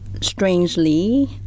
strangely